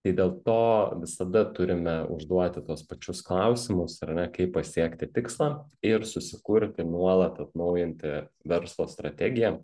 tai dėl to visada turime užduoti tuos pačius klausimus ar ne kaip pasiekti tikslą ir susikurti nuolat atnaujinti verslo strategiją